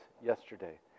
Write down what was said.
yesterday